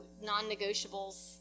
non-negotiables